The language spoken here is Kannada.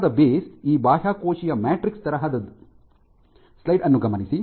ಬಲವಾದ ಬೇಸ್ ಈ ಬಾಹ್ಯಕೋಶೀಯ ಮ್ಯಾಟ್ರಿಕ್ಸ್ ತರಹದದ್ದು